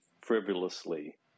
frivolously